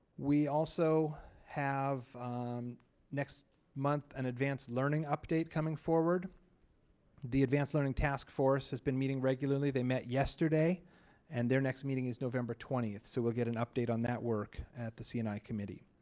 we also have um next month an and advanced learning update coming forward the advanced learning task force has been meeting regularly. they met yesterday and their next meeting is november twentieth so we'll get an update on that work at the c and i committee.